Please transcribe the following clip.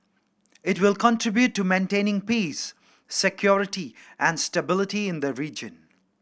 it will contribute to maintaining peace security and stability in the region